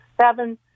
seven